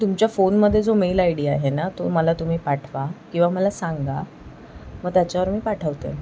तुमच्या फोनमध्ये जो मेल आय डी आहे ना तो मला तुम्ही पाठवा किंवा मला सांगा मग त्याच्यावर मी पाठवते